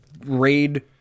raid